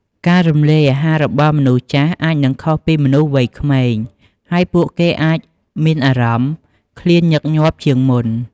ការរំលាយអាហាររបស់មនុស្សចាស់អាចនឹងខុសពីមនុស្សវ័យក្មេង ហើយពួកគេអាចមានអារម្មណ៍ឃ្លានញឹកញាប់ជាងមុន។